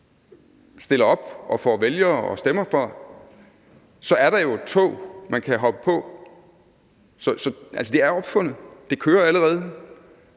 stiller op og får vælgere og stemmer, så er der jo et tog, man kan hoppe på. Det er opfundet – det kører allerede.